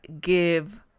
give